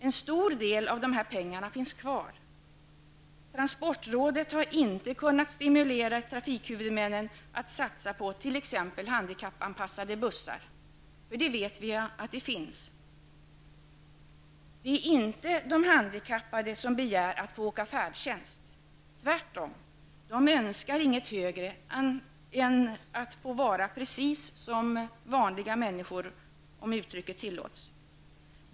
En stor del av dessa pengar finns kvar. Transportrådet har inte kunnat stimulera trafikhuvudmännen att satsa på t.ex. handikappanpassade bussar -- för vi vet ju att det finns sådana. De handikappade begär inte att få åka färdtjänst -- tvärtom. De önskar inget högre än att få vara precis som ''vanliga människor'', om uttrycket tillåts.